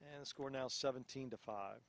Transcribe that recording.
and score now seventeen to five